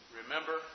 remember